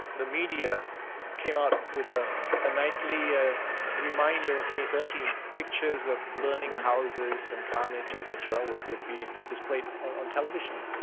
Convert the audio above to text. the media came out with a nightly ah reminder of may thirteen, pictures of burning houses, and carnage etc, which would be displayed on television,